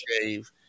shave